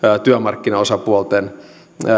työmarkkinaosapuolten